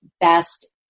best